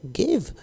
give